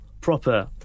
proper